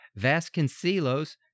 Vasconcelos